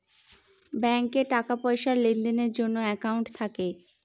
ব্যাঙ্কে টাকা পয়সার লেনদেনের জন্য একাউন্ট থাকে